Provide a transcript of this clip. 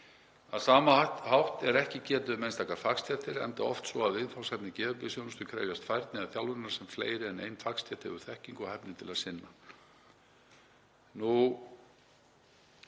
Á sama hátt er ekki getið um einstakar fagstéttir, enda oft svo að viðfangsefni geðheilbrigðisþjónustu krefjast færni eða þjálfunar sem fleiri en ein fagstétt hefur þekkingu og hæfni til að sinna.